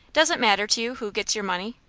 does it matter to you who gets your money?